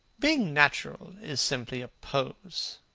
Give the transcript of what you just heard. being natural is simply a pose,